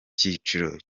cyiciro